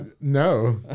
No